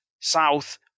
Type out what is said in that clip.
south